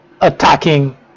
attacking